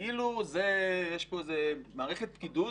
כאילו יש פה איזה מערכת פקידות